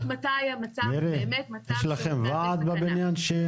מירי, יש לכם ועד הבניין?